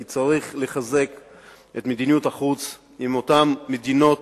כי צריך לחזק את מדיניות החוץ עם אותן מדינות